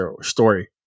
story